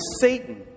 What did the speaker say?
Satan